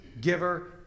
giver